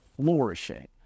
flourishing